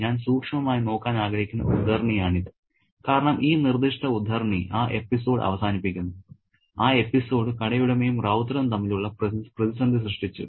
ഞാൻ സൂക്ഷ്മമായി നോക്കാൻ ആഗ്രഹിക്കുന്ന ഉദ്ധരണിയാണിത് കാരണം ഈ നിർദ്ദിഷ്ട ഉദ്ധരണി ആ എപ്പിസോഡ് അവസാനിപ്പിക്കുന്നു ആ എപ്പിസോഡ് കടയുടമയും റൌത്തറും തമ്മിലുള്ള പ്രതിസന്ധി സൃഷ്ടിച്ചു